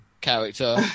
character